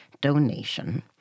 donation